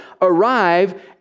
arrive